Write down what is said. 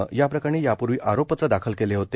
नं याप्रकरणी यापूर्वी आरोपपत्र दाखल केले होते